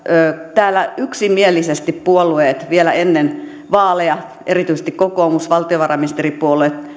täällä yksimielisesti puolueet lupasivat vielä ennen vaaleja erityisesti kokoomus valtiovarainministeripuolue